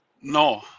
No